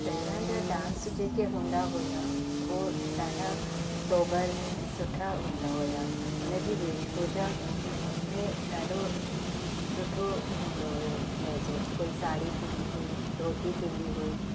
पहिरां जा डांस जेके हूंदा हुया हो ॾाढा सोबर ऐं सुठा हूंदा हुया हुन जी वेश भूषा में ॾाढो सुठो हूंदो हुयो लहज़ो कोई साड़ी थींदी हुई धोती थींदी हुई